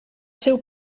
seu